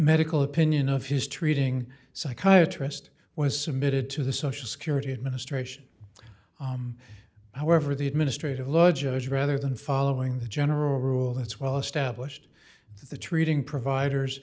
medical opinion of his treating psychiatrist was submitted to the social security administration however the administrative law judge rather than following the general rule that's well established the treating providers